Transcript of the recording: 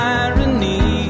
irony